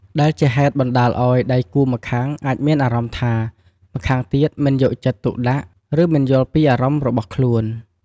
ដែលជាហេតុបណ្តាលឲ្យដៃគូម្ខាងអាចមានអារម្មណ៍ថា ម្ខាងទៀតមិនយកចិត្តទុកដាក់ ឬមិនយល់ពីអារម្មណ៍របស់ខ្លួន។